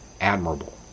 admirable